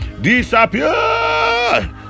Disappear